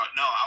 no